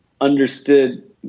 understood